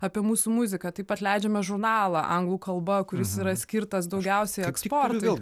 apie mūsų muziką taip pat leidžiame žurnalą anglų kalba kuris yra skirtas daugiausiai eksportui